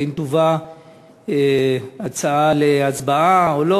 האם תובא ההצעה להצבעה או לא.